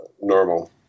normal